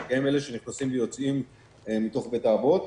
הם אלה שנכנסים ויוצאים מתוך בית האבות.